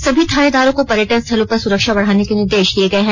सभी थानेदारों को पर्यटन स्थलों पर सुरक्षा बढ़ाने के निर्देश दिए गये हैं